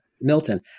Milton